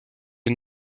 des